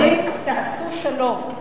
אומרים: תעשו שלום.